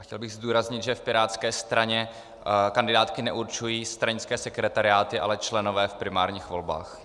Chtěl bych zdůraznit, že v pirátské straně kandidátky neurčují stranické sekretariáty, ale členové v primárních volbách.